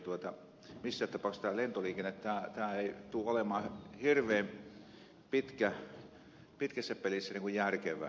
missään tapauksessa tämä lentoliikenne ei tule olemaan hirveän pitkässä pelissä järkevää